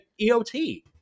EOT